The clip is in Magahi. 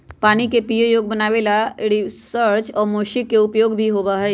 पानी के पीये योग्य बनावे ला रिवर्स ओस्मोसिस के उपयोग भी होबा हई